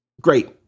Great